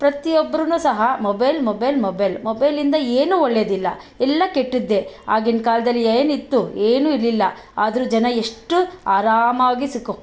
ಪ್ರತಿಯೊಬ್ರೂ ಸಹ mobile mobile mobile ಮೊಬೈಲಿಂದ ಏನು ಒಳ್ಳೆದಿಲ್ಲ ಎಲ್ಲ ಕೆಟ್ಟದ್ದೆ ಆಗಿನ ಕಾಲದಲ್ಲಿ ಏನಿತ್ತು ಏನು ಇರಲಿಲ್ಲ ಆದರೂ ಜನ ಎಷ್ಟು ಆರಾಮಾಗಿ ಸುಖ